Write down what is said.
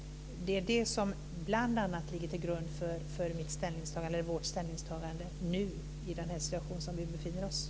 Det är bl.a. det som ligger till grund för vårt ställningstagande nu i den situation som vi befinner oss i.